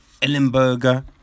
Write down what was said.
Ellenberger